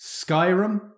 Skyrim